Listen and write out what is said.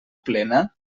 plena